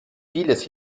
vieles